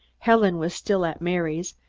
helen was still at mary's,